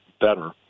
better